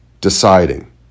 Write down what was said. deciding